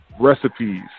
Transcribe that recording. recipes